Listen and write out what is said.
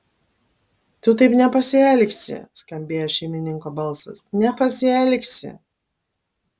tu taip nepasielgsi skambėjo šeimininko balsas nepasielgsi